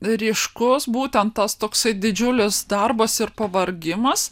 ryškus būtent tas toksai didžiulis darbas ir pavargimas